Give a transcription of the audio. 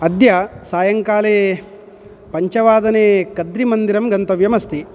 अद्य सायङ्काले पञ्चवादने कद्रिमन्दिरं गन्तव्यमस्ति